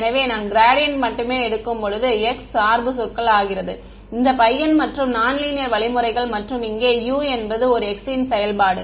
எனவே நான் க்ராடியன்ட் மட்டுமே எடுக்கும்போது x சார்பு சொற்கள் ஆகிறது இந்த பையன் மற்றும் நான் லீனியர் வழிமுறைகள் மற்றும் இங்கே U என்பது ஒரு x ன் செயல்பாடு